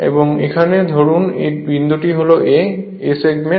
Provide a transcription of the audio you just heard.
এবং এখানে ধরুন এই বিন্দু হল A সেগমেন্ট